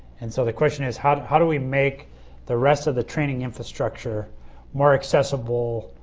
and so the question is how how do we make the rest of the training infrastructure more accessible,